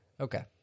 Okay